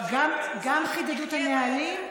גם חידדו את הנהלים,